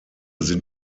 sind